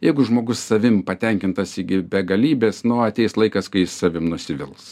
jeigu žmogus savim patenkintas iki begalybės nu ateis laikas kai jis savim nusivils